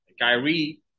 Kyrie